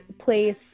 place